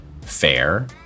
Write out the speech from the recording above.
Fair